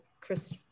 chris